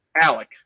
Alec